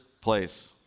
place